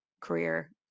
career